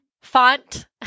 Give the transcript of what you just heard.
font